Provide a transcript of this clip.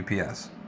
UPS